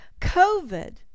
COVID